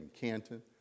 Canton